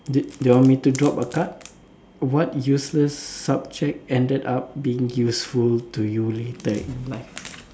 do do you want me to drop a card what useless subject end up being useful to you later in life